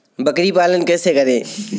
बकरी पालन कैसे करें?